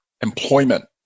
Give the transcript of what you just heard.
employment